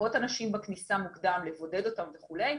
לזהות אנשים מוקדם בכניסה, לבודד אותם וכולי.